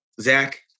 Zach